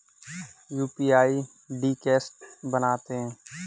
UPI ID कैसे बनाते हैं?